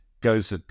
goes